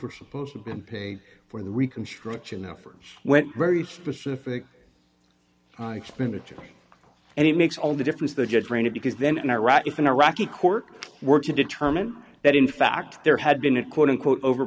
were supposed to be and pay for the reconstruction effort went very specific expenditure and it makes all the difference the judge granted because then in iraq it's an iraqi court work to determine that in fact there had been a quote unquote over